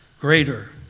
greater